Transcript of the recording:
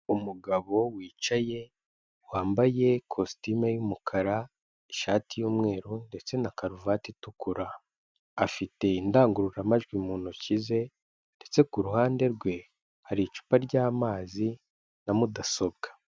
Umugabo wicaye wambaye ikositimu y'umukara ishati y'umweru ndetse na karuvati itukura, afite indangururamajwi mu ntoki ze ndetse ku ruhande rwe hari icupa ry'amazi na mudasobwa.